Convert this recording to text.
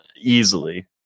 easily